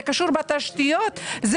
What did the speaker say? בתשתיות,